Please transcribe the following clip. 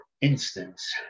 instance